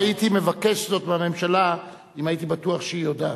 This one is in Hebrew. הייתי מבקש זאת מהממשלה אם הייתי בטוח שהיא יודעת.